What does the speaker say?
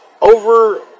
over